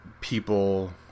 people